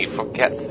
forget